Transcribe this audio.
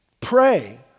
pray